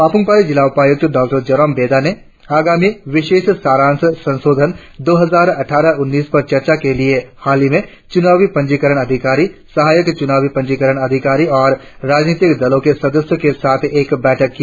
पापुमपारे जिला उपायुक्त डॉ जोरम बेदा ने आगामी विशेष साराश संशोधन दो हजार अट्ठारह उन्नीस पर चर्चा के लिए हालही मे चुनावी पंजीकरण अधिकारी सहायक चुनावी पंजीकरण अधिकारी और राजनीतिक दलों के सदस्यों के साथ एक बैठक कि